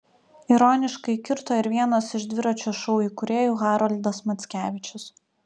ironiškai kirto ir vienas iš dviračio šou įkūrėjų haroldas mackevičius